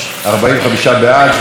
45 בעד, 32 מתנגדים.